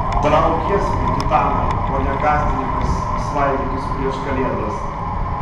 trauk giesmę gitanai o ne gąsdinimais svaidykis prieš kalėdas